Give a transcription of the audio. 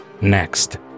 next